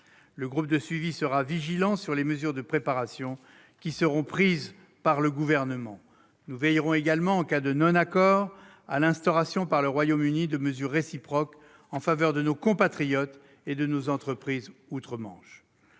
Le groupe de suivi sera vigilant sur les mesures de préparation qui seront prises par le Gouvernement. Nous veillerons également, en cas d'absence d'accord, à l'instauration, par le Royaume-Uni, de mesures réciproques en faveur de nos compatriotes et de nos entreprises outre-Manche.